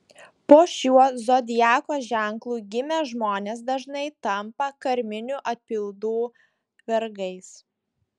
po šiuo zodiako ženklu gimę žmonės dažnai tampa karminių atpildų vergais